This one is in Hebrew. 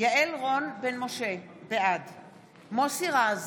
יעל רון בן משה, בעד מוסי רז,